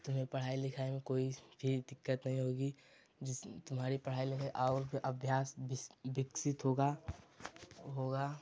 तुम्हें पढ़ाई लिखाई में कोई भी दिक्कत नहीं होगी जिससे तुम्हारी पढ़ाई लिखाई और उससे अभ्यास विक विकसित होगा होगा